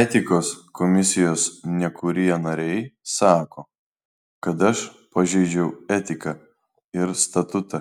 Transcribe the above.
etikos komisijos nekurie nariai sako kad aš pažeidžiau etiką ir statutą